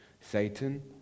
Satan